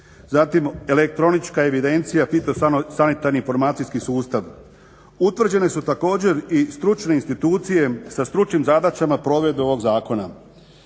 zatim elektronička evidencija, fitosanitarni informacijski sustav. Utvrđene su također i stručne institucije sa stručnim zadaća provedbe ovog zakona.